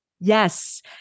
Yes